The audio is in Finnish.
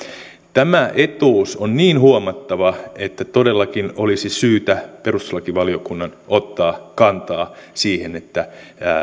tämä etuus on niin huomattava että todellakin olisi syytä perustuslakivaliokunnan ottaa kantaa siihen